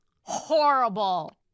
horrible